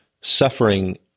suffering